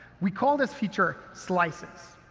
we call this feature slices.